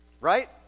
right